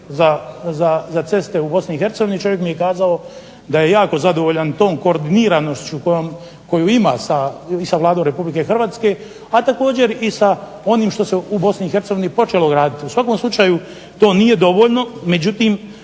i Hercegovini, čovjek mi je kazao da je jako zadovoljan tom koordiniranošću koju ima sa Vladom Republike Hrvatske, a također i sa onim što se u Bosni i Hercegovini počelo graditi. U svakom slučaju to nije dovoljno, međutim